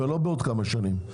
ולא בעוד כמה שנים,